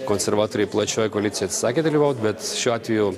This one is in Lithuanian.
konservatoriai plačioj koalicijoje atsisakė dalyvauti bet šiuo atveju